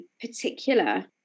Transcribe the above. particular